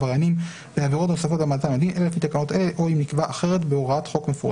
ושימוש במידע 6. (א)לא יועבר מידע שהועבר ממאגר המידע לחוקר